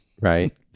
right